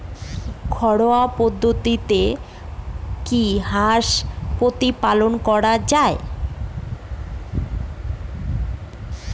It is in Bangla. ঘরোয়া পদ্ধতিতে কি হাঁস প্রতিপালন করা যায়?